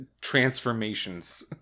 transformations